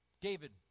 David